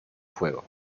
fuego